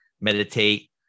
meditate